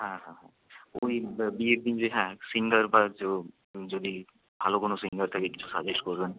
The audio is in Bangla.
হ্যাঁ হ্যাঁ হ্যাঁ ওই বিয়ের দিন যে হ্যাঁ সিঙ্গার বা যদি ভালো কোনো সিঙ্গার থাকে কিছু সাজেস্ট করবেন